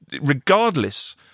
regardless